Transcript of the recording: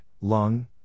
Lung